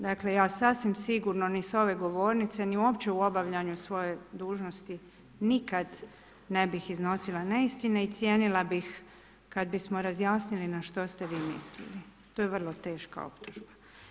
Dakle ja sasvim sigurno ni s ove govornice i uopće u obavljanju svoje dužnosti nikad ne bih iznosila neistine i cijenila bih kada bismo razjasnili na što ste vi mislim, to je vrlo teška optužba.